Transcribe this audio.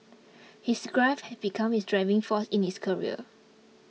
his grief had become his driving force in his career